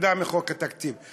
הופרדה מחוק התקציב.